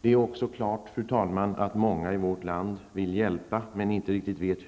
Det är också klart, fru talman, att många i vårt land vill hjälpa utan att riktigt veta